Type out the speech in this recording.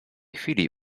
chwili